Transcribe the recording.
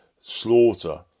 slaughter